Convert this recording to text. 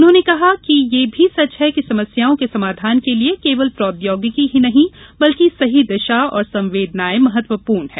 उन्होंने कहा कि यह भी सच है कि समस्याओं के समाधान के लिए केवल प्रौद्योगिकी ही नहीं बल्कि सही दिशा और संवेदनायें महत्वपूर्ण हैं